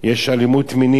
יש אלימות מינית,